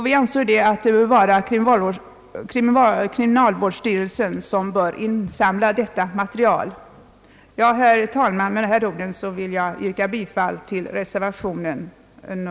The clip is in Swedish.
Vi ansåg att det bör vara kriminalvårdsstyrelsen som insamlar detta material. Herr talman, med dessa ord vill jag yrka bifall till reservation a.